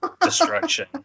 Destruction